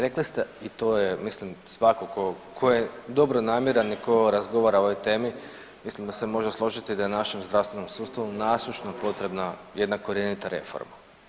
Rekli ste i to je, mislim svatko tko je dobronamjeran i tko razgovara o ovoj temi, mislim da se može složiti da je našem zdravstvenom sustavu nasušno potreba jedna korjenita reforma.